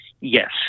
Yes